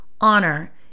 honor